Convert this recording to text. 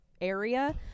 area